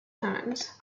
times